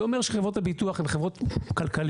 זה אומר שחברות הביטוח הן חברות כלכליות,